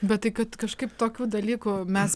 bet tai kad kažkaip tokių dalykų mes